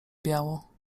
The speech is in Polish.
biało